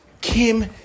Kim